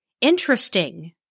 interesting